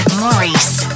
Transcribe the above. maurice